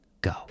go